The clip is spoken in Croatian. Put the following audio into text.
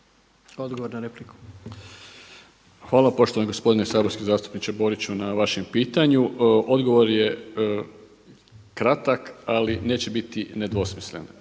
Dražen** Hvala poštovani gospodine saborski zastupniče Boriću na vašem pitanju. Odgovor je kratak ali neće biti nedvosmislen.